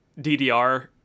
DDR